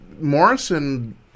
morrison